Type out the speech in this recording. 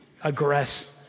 aggress